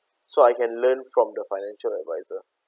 so I can learn from the financial advisor